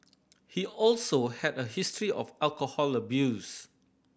he also had a history of alcohol abuse